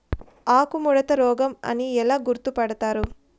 ఆకుముడత రోగం అని ఎలా గుర్తుపడతారు?